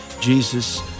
Jesus